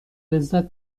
لذت